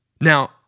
Now